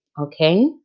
Okay